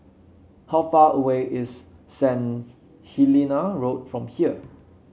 how far away is Saint Helena Road from here